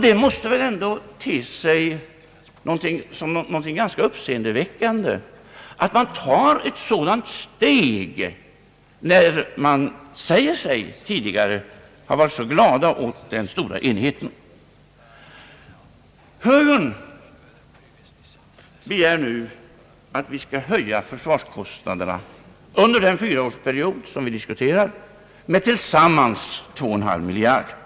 Det måste väl ändå te sig som någonting ganska uppseendeväckande att man tar ett sådant steg, när man tidigare sagt att man varit så glad över den stora enigheten. Högern begär nu att försvarskostnaderna skall höjas under den fyraårsperiod vi diskuterar med tillsammans 2,5 miljarder kronor.